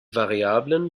variablen